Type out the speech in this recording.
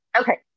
Okay